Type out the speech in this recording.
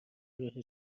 روح